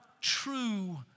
true